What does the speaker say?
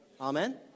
amen